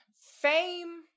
fame